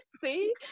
See